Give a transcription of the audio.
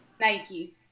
Nike